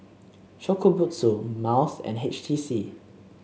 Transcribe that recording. Shokubutsu Miles and H T C